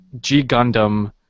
G-Gundam